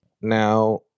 Now